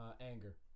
Anger